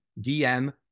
DM